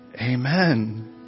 Amen